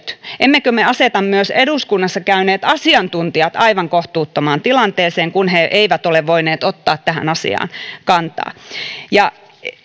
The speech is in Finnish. emmekö me aseta myös eduskunnassa käyneet asiantuntijat aivan kohtuuttomaan tilanteeseen kun he eivät ole voineet ottaa tähän asiaan kantaa